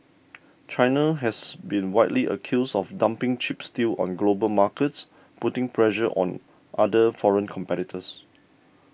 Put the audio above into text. China has been widely accused of dumping cheap steel on global markets putting pressure on other foreign competitors